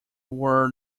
were